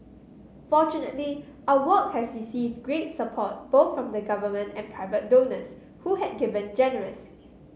fortunately our work has received great support both from the Government and private donors who had given generously